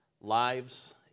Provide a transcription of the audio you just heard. lives